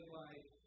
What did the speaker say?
life